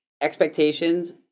expectations